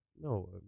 No